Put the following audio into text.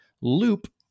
loop